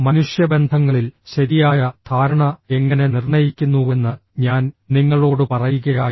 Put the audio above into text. മനുഷ്യബന്ധങ്ങളിൽ ശരിയായ ധാരണ എങ്ങനെ നിർണ്ണയിക്കുന്നുവെന്ന് ഞാൻ നിങ്ങളോട് പറയുകയായിരുന്നു